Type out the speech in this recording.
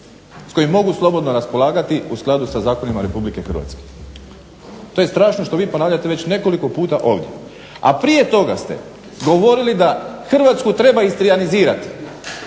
s kojim mogu slobodno raspolagati u skladu sa zakonima RH. To je strašno. Što vi ponavljate već nekoliko puta ovdje. A prije toga ste govorili da Hrvatsku treba istrijanizirat